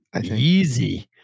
Easy